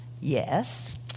Yes